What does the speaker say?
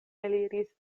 eliris